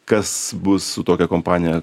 kas bus su tokia kompanija